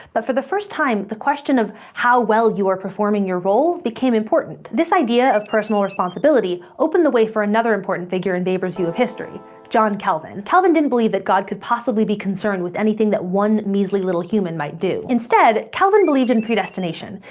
but for the first time, the question of how well you are performing your role became important. this idea of personal responsibility opened the way for another important figure in weber's view of history john calvin. calvin didn't believe that god could possibly be concerned with anything that one measly little human might do. instead, calvin believed in predestination,